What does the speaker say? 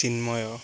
Chinmay